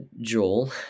Joel